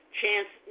chance